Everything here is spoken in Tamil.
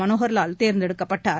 மனோகள் லால் தேர்ந்தெடுக்கப்பட்டார்